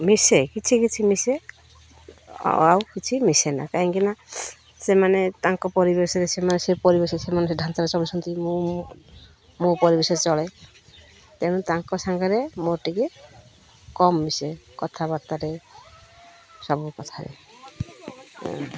ମିଶେ କିଛି କିଛି ମିଶେ ଆଉ କିଛି ମିଶେ ନା କାହିଁକିନା ସେମାନେ ତାଙ୍କ ପରିବେଶ ରେ ସେମାନେ ସେ ପରିବେଶରେ ସେମାନେ ସେଢାଞ୍ଚାରେ ଚଳୁଛନ୍ତି ମୁଁ ମୁଁ ମୋ ପରିବେଶରେ ଚଳେ ତେଣୁ ତାଙ୍କ ସାଙ୍ଗରେ ମୋ ଟିକେ କମ୍ ମିଶେ କଥାବାର୍ତ୍ତାରେ ସବୁ କଥାରେ